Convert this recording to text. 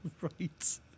Right